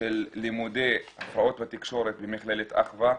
של לימודי הפרעות בתקשורת במכללת אחווה.